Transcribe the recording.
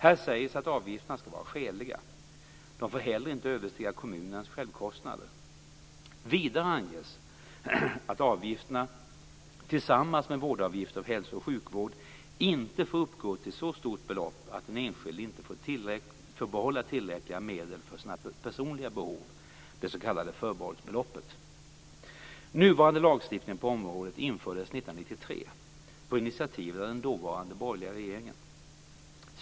Här sägs att avgifterna skall vara skäliga. De får heller inte överstiga kommunens självkostnader. Vidare anges att avgifterna, tillsammans med vårdavgifter för hälso och sjukvård, inte får uppgå till så stort belopp att den enskilde inte får behålla tillräckliga medel för sina personliga behov, det s.k. förbehållsbeloppet. 1993 på initiativ av den dåvarande borgerliga regeringen.